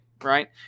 Right